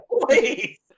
please